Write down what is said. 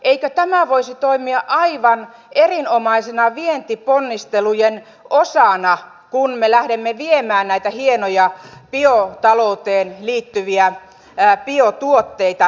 eikö tämä voisi toimia aivan erinomaisena vientiponnistelujen osana kun me lähdemme viemään näitä hienoja biotalouteen liittyviä biotuotteita maailmalle